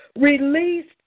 released